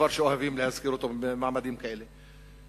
דבר שאוהבים להזכיר אותו במעמד כזה,